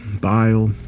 bile